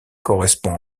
correspond